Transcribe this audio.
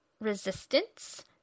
Resistance